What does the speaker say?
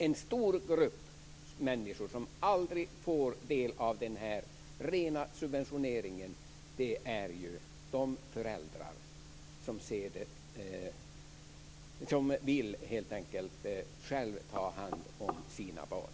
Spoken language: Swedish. En stor grupp människor som aldrig får del av den här rena subvetioneringen är ju de föräldrar som själva vill ta hand om sina barn.